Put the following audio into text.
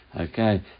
Okay